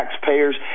taxpayers